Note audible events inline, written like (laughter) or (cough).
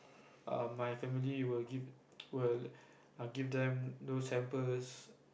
err my family will give (noise) will give them those hampers